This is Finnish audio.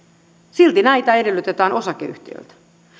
silti näitä edellytetään osakeyhtiöiltä